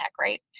right